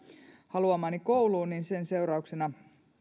haluamaani kouluun niin sen seurauksena